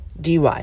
DY